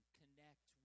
connect